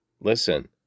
Listen